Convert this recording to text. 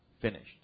finished